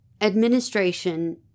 Administration